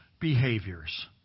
behaviors